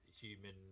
human